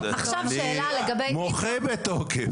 טוב, עכשיו שאלה לגבי --- אני מוחה בתוקף.